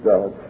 God